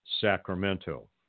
Sacramento